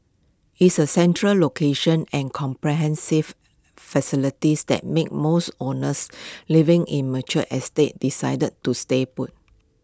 is the central location and comprehensive facilities that make most owners living in mature estates decide to stay put